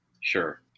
Sure